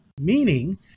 Meaning